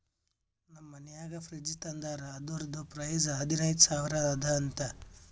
ನಮ್ ಮನ್ಯಾಗ ಫ್ರಿಡ್ಜ್ ತಂದಾರ್ ಅದುರ್ದು ಪ್ರೈಸ್ ಹದಿನೈದು ಸಾವಿರ ಅದ ಅಂತ